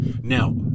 Now